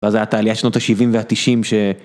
ואז היה תעלייה של שנות השבעים והתשעים ש.